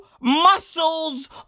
muscles